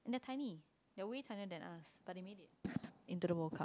and they are tiny they are way tinier than us but they made it into the World-Cup